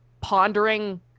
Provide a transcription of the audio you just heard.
pondering